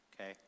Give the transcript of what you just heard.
Okay